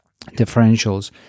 differentials